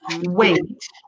Wait